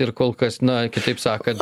ir kol kas na kitaip sakant